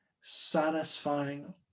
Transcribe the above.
satisfying